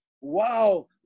wow